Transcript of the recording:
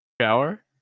Shower